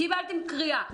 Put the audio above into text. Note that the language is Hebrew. קיבלתם קריאה,